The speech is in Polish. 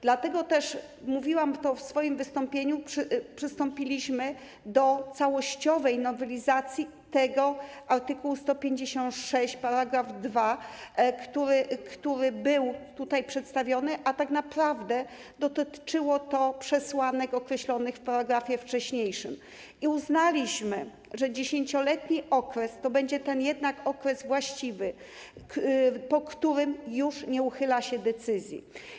Dlatego też, o czym mówiłam w swoim wystąpieniu, przystąpiliśmy do całościowej nowelizacji tego art. 156 § 2, który był tutaj przedstawiony, a tak naprawdę dotyczyło to przesłanek określonych w paragrafie wcześniejszym, i uznaliśmy, że 10-letni okres to będzie jednak ten okres właściwy, po którym już nie uchyla się decyzji.